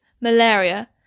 malaria